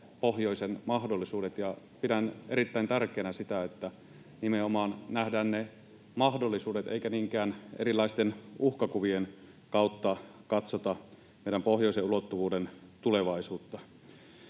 pohjoisen mahdollisuudet, ja pidän erittäin tärkeänä sitä, että nimenomaan nähdään ne mahdollisuudet eikä niinkään erilaisten uhkakuvien kautta katsota meidän pohjoisen ulottuvuutemme tulevaisuutta.